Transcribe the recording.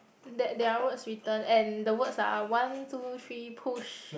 there there are words written and the words are one two three push